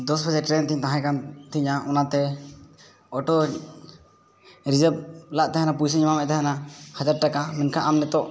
ᱫᱚᱥ ᱵᱟᱡᱮ ᱴᱨᱮᱱ ᱛᱤᱧ ᱛᱟᱦᱮᱸ ᱠᱟᱱ ᱛᱤᱧᱟ ᱚᱱᱟᱛᱮ ᱚᱴᱳ ᱨᱤᱡᱟᱵᱷ ᱞᱮᱫ ᱛᱟᱦᱮᱱᱟ ᱯᱚᱭᱥᱟᱧ ᱮᱢᱟᱫ ᱢᱮ ᱛᱟᱦᱮᱱᱟ ᱦᱟᱡᱟᱨ ᱴᱟᱠᱟ ᱢᱮᱱᱠᱷᱟᱱ ᱟᱢ ᱱᱤᱛᱚᱜ